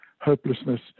hopelessness